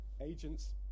agents